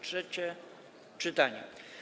Trzecie czytanie.